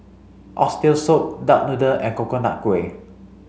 oxtail soup duck noodle and Coconut Kuih